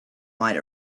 might